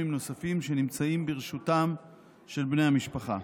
נוספים שנמצאים ברשותם של בני המשפחה.